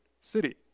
city